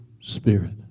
spirit